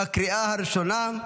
לקריאה ראשונה.